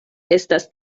estas